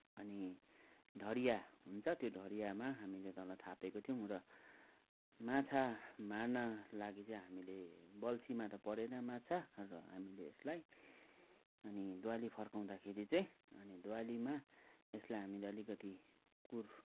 अनि ढडिया हुन्छ त्यो ढडियामा हामीले तल थापेका थियौँ र माछा मार्न लागि चाहिँ हामीले बल्छीमा त परेन माछा र हामीले यसलाई अनि दुवाली फर्काउँदाखेरि चाहिँ अनि दुवालीमा यसलाई हामीले अलिकति कुर